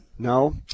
No